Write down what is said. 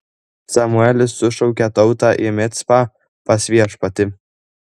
samuelis sušaukė tautą į micpą pas viešpatį